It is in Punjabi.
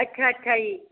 ਅੱਛਾ ਅੱਛਾ ਜੀ